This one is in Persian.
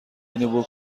اینو